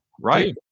right